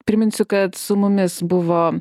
priminsiu kad su mumis buvo